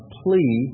plea